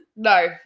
No